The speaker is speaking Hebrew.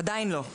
עדיין לא?